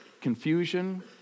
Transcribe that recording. confusion